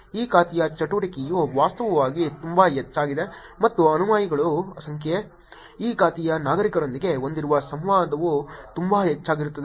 ಈ ಖಾತೆಯ ಚಟುವಟಿಕೆಯು ವಾಸ್ತವವಾಗಿ ತುಂಬಾ ಹೆಚ್ಚಾಗಿದೆ ಮತ್ತು ಅನುಯಾಯಿಗಳ ಸಂಖ್ಯೆ ಈ ಖಾತೆಯು ನಾಗರಿಕರೊಂದಿಗೆ ಹೊಂದಿರುವ ಸಂವಾದವು ತುಂಬಾ ಹೆಚ್ಚಾಗಿರುತ್ತದೆ